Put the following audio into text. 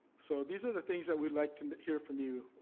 so, these are the things that we'd like to hear from you.